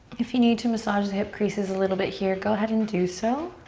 if you need to massage the hip creases a little bit here go ahead and do so.